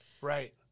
Right